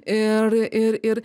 ir ir ir